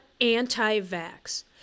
anti-vax